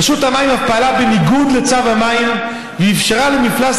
רשות המים אף פעלה בניגוד לצו המים ו"אפשרה למפלס